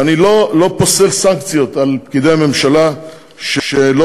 ואני לא פוסל סנקציות על פקידי הממשלה שלא